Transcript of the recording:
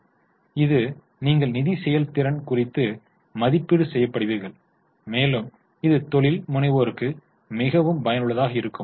இது உங்கள் கார்ப்பரேட் வாழ்க்கைக்காக இருக்கலாம் உங்கள் வாழ்க்கைக்கு நீங்கள் நிதி செயல்திறன் குறித்து மதிப்பீடு செய்யப்படுவீர்கள் மேலும் இது தொழில் முனைவோருக்கு மிகவும் பயனுள்ளதாக இருக்கும்